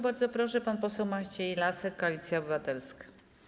Bardzo proszę, pan poseł Maciej Lasek, Koalicja Obywatelska.